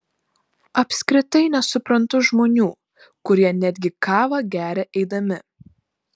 apskritai nesuprantu žmonių kurie netgi kavą geria eidami